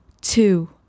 two